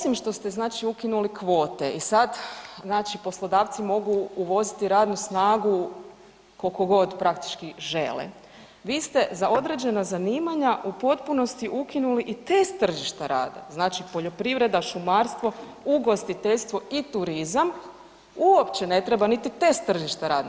Pa osim što ste znači ukinuli kvote i sad znači poslodavci mogu uvoziti radnu snagu koliko god praktički žele vi ste za određena zanimanja u potpunosti ukinuli i test tržišta rada, znači poljoprivreda, šumarstvo, ugostiteljstvo i turizam uopće ne treba niti test tržišta rada.